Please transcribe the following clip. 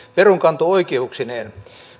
veronkanto oikeuksineen